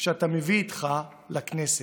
שאתה מביא איתך לכנסת: